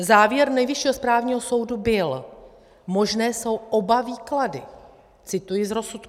Závěr Nejvyššího správního soudu byl, že možné jsou oba výklady cituji z rozsudku.